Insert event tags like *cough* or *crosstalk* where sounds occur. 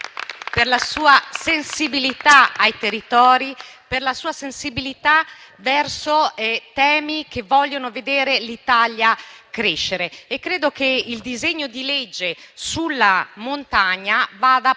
la sua sensibilità verso i territori e la sua sensibilità verso i temi che vogliono vedere l'Italia crescere. *applause* Credo che il disegno di legge sulla montagna vada